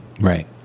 Right